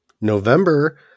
November